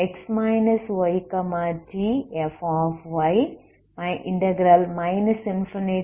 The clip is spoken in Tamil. ஆகவே uxt Qx yt